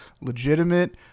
legitimate